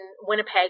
Winnipeg